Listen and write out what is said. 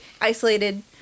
isolated